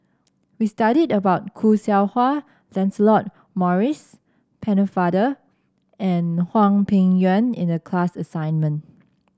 we studied about Khoo Seow Hwa Lancelot Maurice Pennefather and Hwang Peng Yuan in the class assignment